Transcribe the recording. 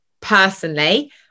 personally